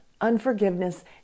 Unforgiveness